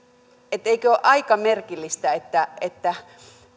eikö ole aika merkillistä että jos on